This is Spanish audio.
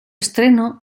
estreno